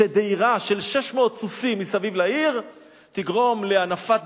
שדהירה של 600 סוסים מסביב לעיר תגרום להנפת